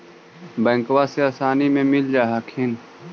बैंकबा से आसानी मे मिल जा हखिन?